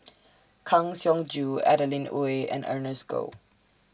Kang Siong Joo Adeline Ooi and Ernest Goh